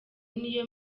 niyo